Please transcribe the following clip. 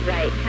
Right